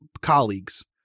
colleagues